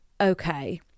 okay